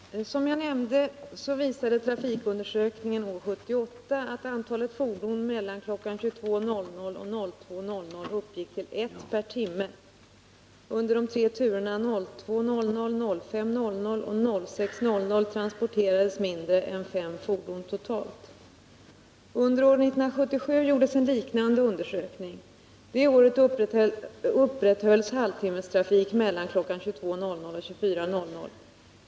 Herr talman! Som jag nämnde visade trafikundersökningen år 1978 att antalet fordon mellan kl. 22.00 och 02.00 uppgick till ett per timme. Under de tre turerna kl. 02.00, 05.00 och 06.00 transporterades mindre än fem fordon totalt. Under år 1977 gjordes en liknande undersökning. Det året upprätthölls halvtimmestrafik mellan kl. 22.00 och 24.00.